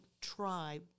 try